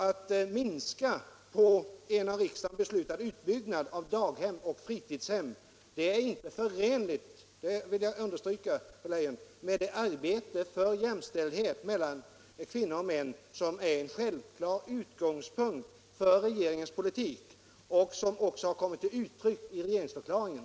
Att minska på en av riksdagen beslutad utbyggnad av daghem och fritidshem är inte förenligt — det vill jag understryka, fru Leijon — med det arbete för jämställdhet mellan kvinnor och män som är en självklar utgångspunkt för regeringens politik och som också Nr 95 har kommit till uttryck i regeringsförklaringen.